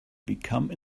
become